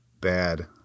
bad